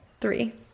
three